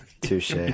Touche